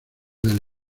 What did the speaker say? del